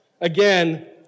again